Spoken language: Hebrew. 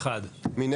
הצבעה בעד, 1 נגד,